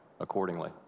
accordingly